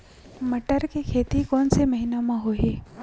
बटर के खेती कोन से महिना म होही?